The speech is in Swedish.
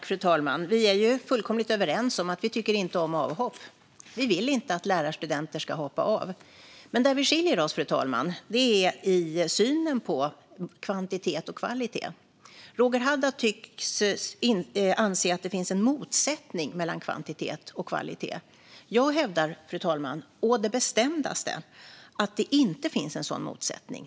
Fru talman! Vi är fullkomligt överens om att vi inte tycker om avhopp. Vi vill inte att lärarstudenter ska hoppa av. Vi skiljer oss dock åt i synen på kvantitet och kvalitet. Roger Haddad tycks anse att det finns en motsättning mellan kvantitet och kvalitet. Jag hävdar å det bestämdaste, fru talman, att det inte finns en sådan motsättning.